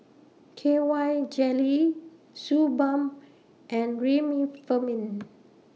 K Y Jelly Suu Balm and Remifemin